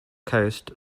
coast